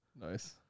Nice